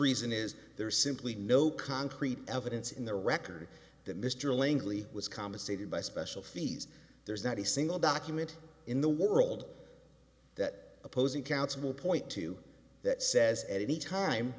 reason is there is simply no concrete evidence in the record that mr langley was compensated by special fees there's not a single document in the world that opposing counsel point to that says at any time